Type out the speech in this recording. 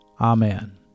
Amen